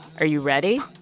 are you ready?